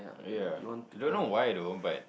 ya I don't know why I don't but